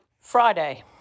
friday